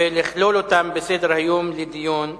ולכלול אותן בסדר-היום לדיון במליאה.